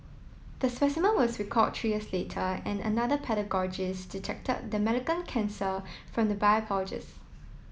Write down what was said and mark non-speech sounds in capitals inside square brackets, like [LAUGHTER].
the specimen was recalled three years later and another [UNINTELLIGIBLE] detected the [UNINTELLIGIBLE] cancer from [UNINTELLIGIBLE]